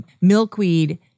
milkweed